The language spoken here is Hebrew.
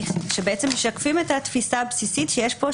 שמשקפים את התפיסה הבסיסית שיש פה,